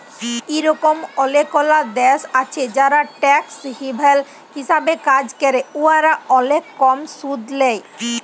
ইরকম অলেকলা দ্যাশ আছে যারা ট্যাক্স হ্যাভেল হিসাবে কাজ ক্যরে উয়ারা অলেক কম সুদ লেই